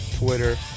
Twitter